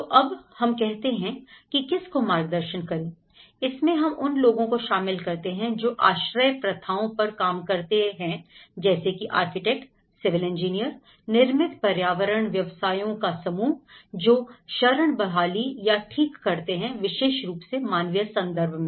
तो जब हम कहते हैं कि किस को मार्गदर्शन करें इसमें हम उन लोगों को शामिल करते हैं जो आश्रय प्रथाओं पर काम करते हैं जैसे कि आर्किटेक्ट सिविल इंजीनियर निर्मित पर्यावरण व्यवसायों का समूह जो शरण बहाली या ठीक करते हैं विशेष रूप से मानवीय संदर्भ में